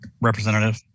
representative